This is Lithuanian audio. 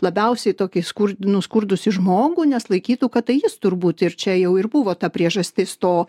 labiausiai tokį skurd nuskurdusį žmogų nes laikytų kad tai jis turbūt ir čia jau ir buvo ta priežastis to